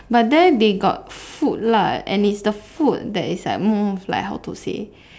but there they got food lah and it's the food that is like more of like how to say